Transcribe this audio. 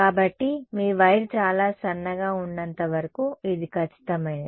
కాబట్టి మీ వైర్ చాలా సన్నగా ఉన్నంత వరకు ఇది ఖచ్చితమైనది